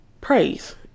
praise